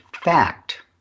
fact